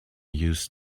used